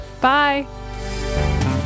bye